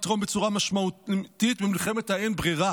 לתרום בצורה משמעותית במלחמת האין-ברירה